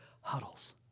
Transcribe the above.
huddles